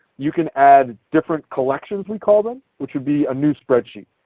you can add different collections we call them which would be a new spreadsheet.